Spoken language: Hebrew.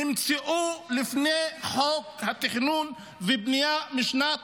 נמצאו לפני חוק התכנון והבנייה משנת